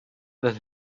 that